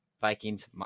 Vikings